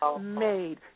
made